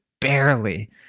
barely